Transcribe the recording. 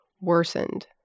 worsened